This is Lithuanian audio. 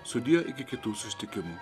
sudie iki kitų susitikimų